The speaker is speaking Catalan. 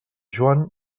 joan